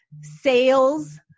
sales